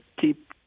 keep